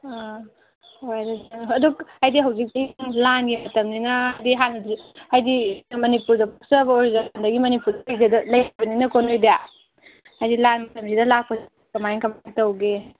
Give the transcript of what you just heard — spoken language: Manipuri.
ꯑꯥ ꯍꯣꯏ ꯑꯗꯨ ꯍꯥꯏꯗꯤ ꯍꯧꯖꯤꯛꯇꯤ ꯂꯥꯟꯒꯤ ꯃꯇꯝꯅꯤꯅ ꯍꯥꯏꯗꯤ ꯍꯥꯟꯅꯗꯤ ꯍꯥꯏꯗꯤ ꯃꯅꯤꯄꯨꯔꯗ ꯂꯩꯔꯕꯅꯤꯅꯀꯣ ꯅꯣꯏꯗ ꯍꯥꯏꯗꯤ ꯂꯥꯟ ꯃꯇꯝꯁꯤꯗ ꯂꯥꯛꯄꯁꯦ ꯀꯃꯥꯏꯅ ꯀꯃꯥꯏꯅ ꯇꯧꯒꯦ